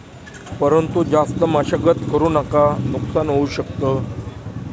परंतु जास्त मशागत करु नका नुकसान होऊ शकत